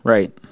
Right